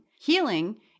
Healing